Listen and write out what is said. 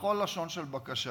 בכל לשון של בקשה.